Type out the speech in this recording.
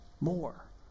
More